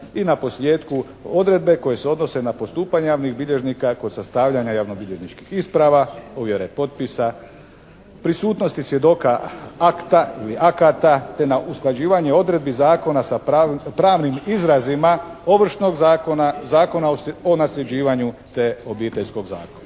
I naposlijetku odredbe koje se odnose na postupanje javnih bilježnika kod sastavljanja javnobilježničkih isprava, ovjere potpisa, prisutnosti svjedoka akta ili akata te na usklađivanje odredbi zakona sa pravnim izrazima Ovršnog zakona, Zakona o nasljeđivanju te Obiteljskog zakona.